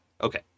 Okay